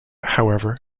however